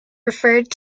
referred